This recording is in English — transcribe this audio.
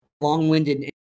long-winded